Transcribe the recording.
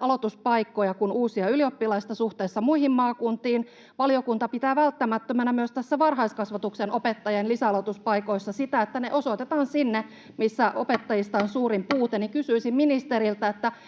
aloituspaikkoja kuin uusia ylioppilaita suhteessa muihin maakuntiin — ja valiokunta pitää välttämättömänä myös tässä varhaiskasvatuksen opettajien lisäaloituspaikoissa sitä, että ne osoitetaan sinne, missä opettajista on suurin puute, [Puhemies